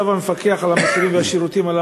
הצו המפקח על המחירים והשירותים על